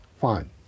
Fine